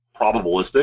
probabilistic